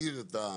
להגדיר את זה.